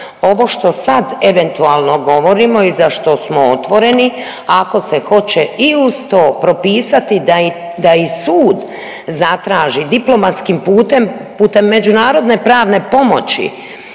Ovo što sad eventualno govorimo i za što smo otvoreni ako se hoće i uz to propisati da i sud zatraži diplomatskim putem, putem međunarodne pravne pomoći